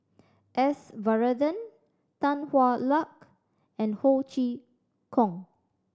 S Varathan Tan Hwa Luck and Ho Chee Kong